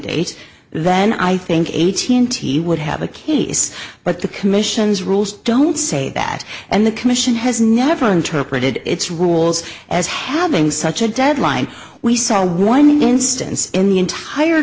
date then i think eighteen t would have a case but the commission's rules don't say that and the commission has never interpreted its rules as having such a deadline we saw one instance in the entire